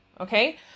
Okay